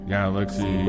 Galaxy